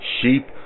sheep